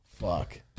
fuck